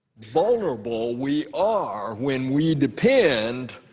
vulnerable we are when we depend,